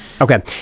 Okay